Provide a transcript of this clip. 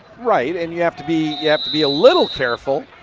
right and you have to be yeah be a little careful.